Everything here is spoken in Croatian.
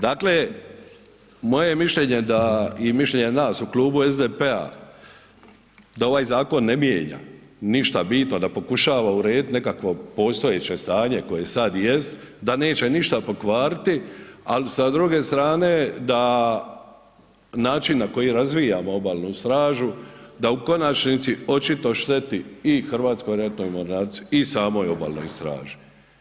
Dakle, moje je mišljenje da i mišljenje nas u Klubu SDP-a da ovaj zakon ne mijenja ništa bitno, da pokušava urediti neko postojeće stanje koje sad jest, da neće ništa pokvariti, ali sa druge strane da način na koji razvijamo Obalnu stražu, da u konačnici očito šteti i Hrvatskoj ratnoj mornarici i samoj Obalnoj straži.